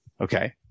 Okay